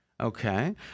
Okay